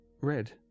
red